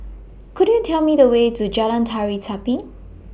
Could YOU Tell Me The Way to Jalan Tari Zapin